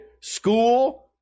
school